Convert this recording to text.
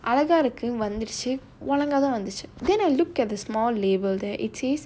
அழகா இருக்கு வந்துடுச்சு ஒழுங்காதான் வந்துச்சு:azhagaa irukku vanthuduchu olungathaan vanthuchu then I looked at the small label there it says